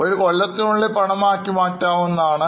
ഒരു കൊല്ലത്തിനുള്ളിൽ പണമായിമാറ്റാവുന്നതാണ്